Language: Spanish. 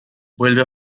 vuelve